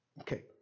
Okay